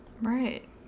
Right